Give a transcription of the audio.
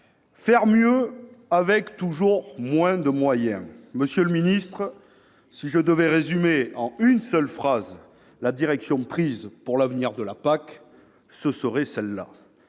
Faire mieux avec toujours moins de moyens »: monsieur le ministre, si je devais résumer en une seule phrase la direction prise pour l'avenir de la PAC, ce serait celle-là.